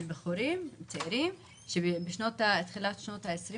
של בחורים צעירים בתחילת שנות העשרים